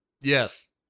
Yes